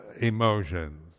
emotions